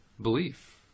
belief